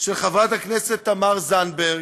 של חברת הכנסת תמר זנדברג,